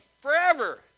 forever